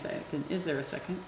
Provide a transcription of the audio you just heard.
thing is there a second